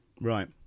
right